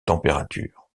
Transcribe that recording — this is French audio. température